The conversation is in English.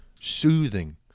soothing